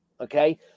Okay